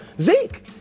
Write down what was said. Zeke